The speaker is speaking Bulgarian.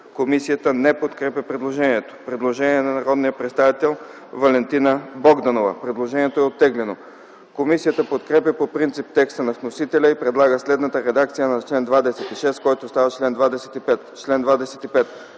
Комисията не подкрепя предложението. Предложение на народния представител Валентина Богданова: Предложението е оттеглено. Комисията подкрепя по принцип текста на вносителя и предлага следната редакция на чл. 26, който става чл. 25: